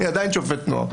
אני עדיין שופט נוער.